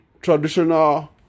traditional